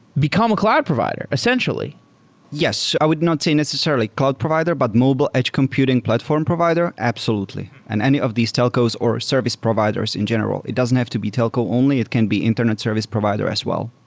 become a cloud provider essentially yes. i would not say necessarily cloud provider, but mobile edge computing platform provider, absolutely. and any of these telcos or service providers in general. it doesn't have to be telco only. it can be internet service provider as well.